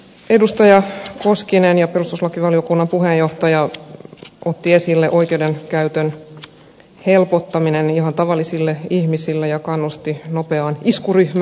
edustaja ja perustuslakivaliokunnan puheenjohtaja koskinen otti esille oikeudenkäytön helpottamisen ihan tavallisille ihmisille ja kannusti nopeaan iskuryhmään